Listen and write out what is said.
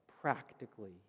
practically